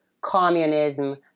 communism